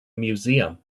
museum